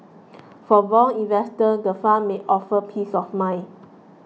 for bond investors the fund may offer peace of mind